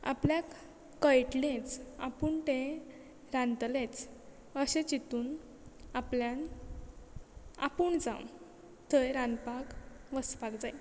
आप कळटलेंच आपूण तें रांदतलेच अशे चितून आपल्यान आपूण जावं थंय रांदपाक वचपाक जाय